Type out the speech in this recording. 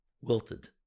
wilted